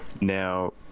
Now